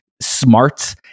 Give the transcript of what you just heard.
smart